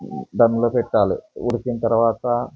ధమ్లో పెట్టాలి ఉడికిన తరువాత